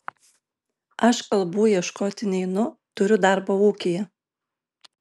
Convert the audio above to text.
aš kalbų ieškoti neinu turiu darbo ūkyje